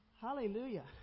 Hallelujah